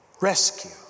Rescue